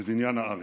בבניין הארץ.